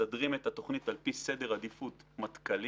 מסדרים את התוכנית על-פי סדר עדיפות מטכ"לי.